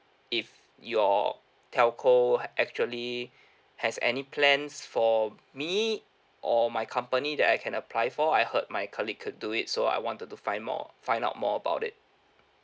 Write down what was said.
if your telco had actually has any plans for me or my company that I can apply for I heard my colleague could do it so I wanted to find more find out more about it